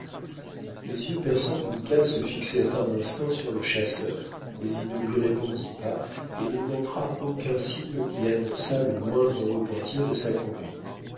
les yeux perçants d'uncas se fixèrent un instant sur le chasseur mais il ne lui répondit pas et ne montra aucun signe qui annonçât le moindre repentir de sa conduite